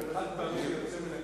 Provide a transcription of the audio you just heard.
באופן חד-פעמי ויוצא מן הכלל,